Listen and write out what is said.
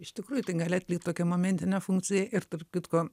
iš tikrųjų tai gali atlikti tokią momentinę funkciją ir tarp kitko